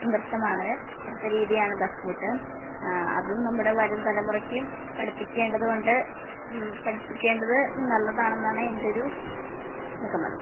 നൃർത്തമാണ് നൃത്ത രീതിയാണ് ദഫ് മുട്ട് അതും നമ്മുടെ വരും തലമുറയ്ക്ക് പഠിപ്പിക്കേണ്ടതു കൊണ്ട് പഠിപ്പിക്കേണ്ടത് നല്ലതാണെന്നാണ് എൻ്റെ ഒരു നിഗമനം